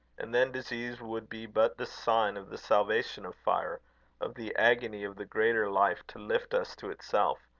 and then disease would be but the sign of the salvation of fire of the agony of the greater life to lift us to itself,